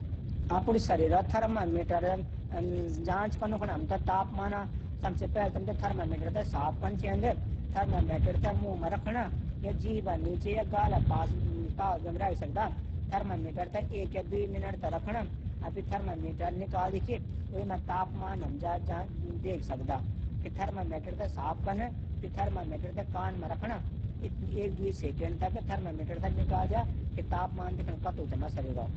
सबसे पलै थर्मामीटर थै चालू कला फिर मुहूं मा रखला यत अपड बगल मा रखला। थर्मामीटर मा तापमान पढला। फिर वे मा डिग्री फारेनह्इट जंचला। फिर तापमान पढना बाद थर्मामीटर थै बःद कैरी द्योला।